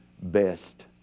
best